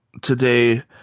today